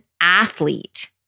athlete